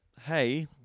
hey